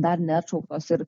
dar neatšauktos ir